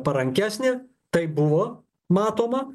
parankesnė tai buvo matoma